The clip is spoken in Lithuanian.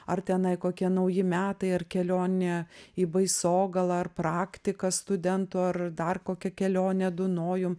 ar tenai kokie nauji metai ar kelionė į baisogalą ar praktika studentų ar dar kokia kelionė dunojum